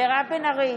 מירב בן ארי,